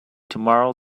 tomorrow